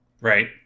Right